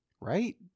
right